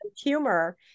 humor